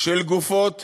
של גופות